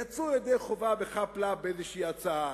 יצאו ידי חובה בחאפ-לאפ באיזושהי הצעה.